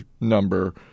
number